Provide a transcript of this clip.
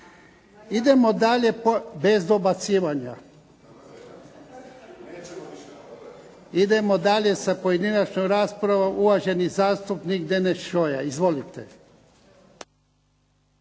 Idemo dalje. Bez dobacivanja. Idemo dalje sa pojedinačnom raspravom. Uvaženi zastupnik Deneš Šoja. Izvolite.